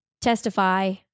testify